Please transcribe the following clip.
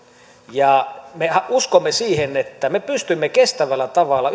ja mehän uskomme siihen että me pystymme kestävällä tavalla